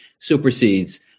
supersedes